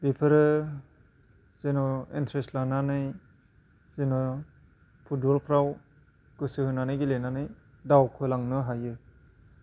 बेफोरो जेन' एन्ट्रेस लानानै जेन' फुटबलफ्राव गोसो होनानै गेलेनानै दावखो लांनो हायो